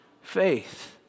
faith